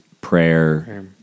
prayer